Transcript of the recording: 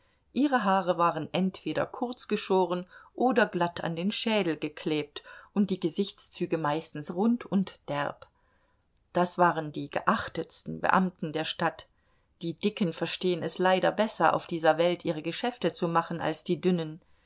ihre haare waren entweder kurzgeschoren oder glatt an den schädel geklebt und die gesichtszüge meistens rund und derb das waren die geachtetsten beamten der stadt die dicken verstehen es leider besser auf dieser welt ihre geschäfte zu machen als die dünnen